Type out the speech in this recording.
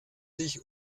sich